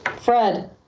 Fred